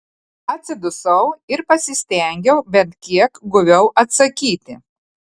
atsidusau ir pasistengiau bent kiek guviau atsakyti